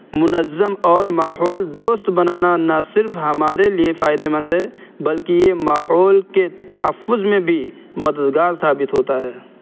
منظم اور ماحول دوست بنانا نہ صرف ہمارے لیے فائدے مند ہے بلکہ یہ ماحول کے تحفظ میں بھی مددگار ثابت ہوتا ہے